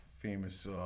famous